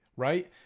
right